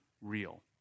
real